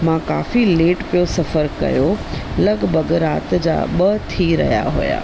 मां काफ़ी लेट पियो सफ़रु कयो लॻभॻि राति जा ॿ थी रहिया हुआ